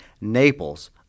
Naples